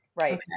Right